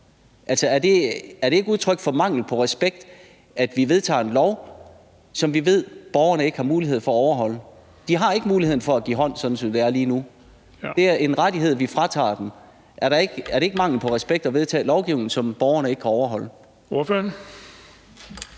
Er det ikke udtryk for mangel på respekt, at vi vedtager en lov, som vi ved borgerne ikke har mulighed for at overholde? De har ikke muligheden for at give hånd, sådan som det er lige nu. Det er en rettighed, vi fratager dem. Er det ikke mangel på respekt at vedtage lovgivning, som borgerne ikke kan overholde?